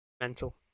mental